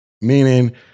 Meaning